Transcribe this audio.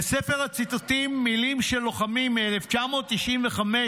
לספר הציטוטים "מילים של לוחמים" מ-1995,